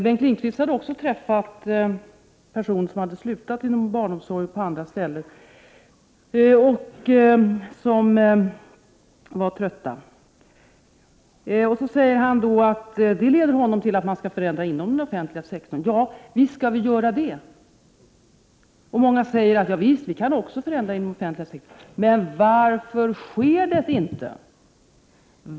Bengt Lindqvist hade också träffat personer som slutat inom barnomsorg och på andra ställen och som var trötta. Han säger då att det leder honom till att det skall göras förändringar inom den offentliga sektorn. Ja, visst skall det göras förändringar — det säger många. Men varför sker de inte?